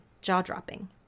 jaw-dropping